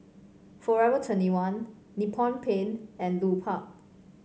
Forever twenty one Nippon Paint and Lupark